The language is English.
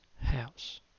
house